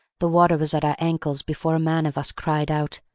the water was at our ankles before a man of us cried out,